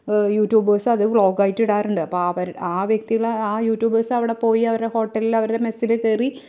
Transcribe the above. YouTubes അത് vlog ആയിട്ട് ഇടാറുണ്ട് അപ്പം അവർ ആ വ്യക്തിയുടെ ആ യൂടുബേസ് അവിടെ പോയി അവരുടെ ഹോട്ടലില് അവരുടെ മെസ്സില് കയറി